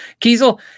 Kiesel